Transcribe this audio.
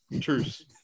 Truce